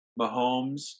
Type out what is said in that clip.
Mahomes